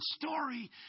story